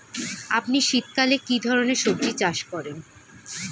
আপনি শীতকালে কী ধরনের সবজী চাষ করেন?